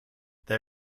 they